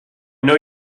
know